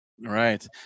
Right